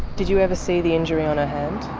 did you ever see the injury on her hand?